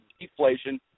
deflation